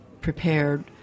prepared